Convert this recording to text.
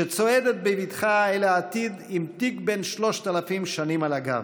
שצועדת בבטחה אל העתיד עם תיק בן 3,000 שנים על הגב.